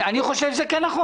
אני חושב שזה כן נכון.